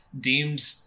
deemed